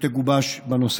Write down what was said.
שתגובש בנושא.